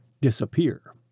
disappear